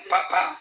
Papa